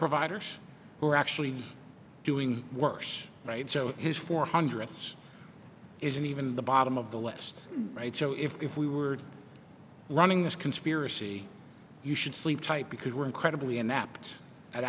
providers who are actually doing worse right so his four hundred s isn't even the bottom of the list right so if we were running this conspiracy you should sleep tight because we're incredibly inept at